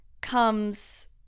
comes